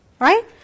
Right